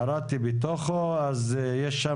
קראתי את הכתבה ולטענתם,